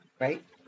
Right